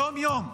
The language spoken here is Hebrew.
יום-יום,